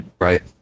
Right